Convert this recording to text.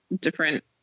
different